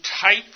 type